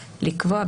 לקבוע,